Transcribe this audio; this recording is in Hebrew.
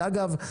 אגב,